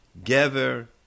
gever